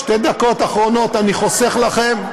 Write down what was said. נחמן שי מאוד, שתי דקות אחרונות אני חוסך לכם,